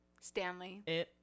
stanley